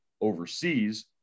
overseas